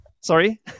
Sorry